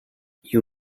you